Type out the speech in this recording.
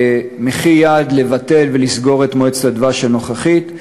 במחי יד לבטל ולסגור את מועצת הדבש הנוכחית.